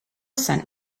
sent